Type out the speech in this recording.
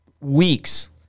weeks